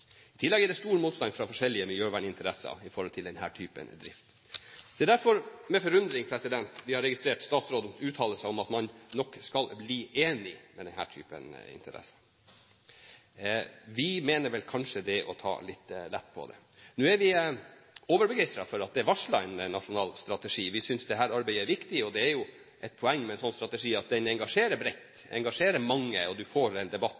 I tillegg er det stor motstand fra forskjellige miljøverninteresser når det gjelder denne typen drift. Det er derfor med forundring vi har registrert statsrådens uttalelser, at man nok skal bli enige i forhold til denne typen interesser. Vi mener vel kanskje det er å ta litt lett på det. Nå er vi overbegeistret for at det er varslet en nasjonal strategi. Vi synes dette arbeidet er viktig, og det er et poeng med en slik strategi at den engasjerer bredt, engasjerer mange og du får en debatt